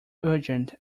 urgent